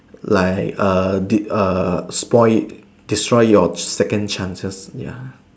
like err did uh spoil it destroy your second chances ya